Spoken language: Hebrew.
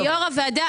יו"ר הוועדה,